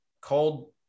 called